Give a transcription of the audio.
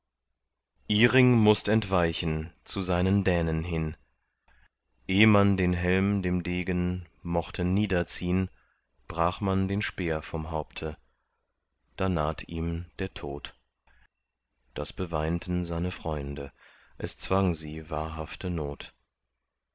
iring mußt entweichen zu seinen dänen hin eh man den helm dem degen mochte niederziehn brach man den speer vom haupte da naht ihm der tod das beweinten seine freunde es zwang sie wahrhafte not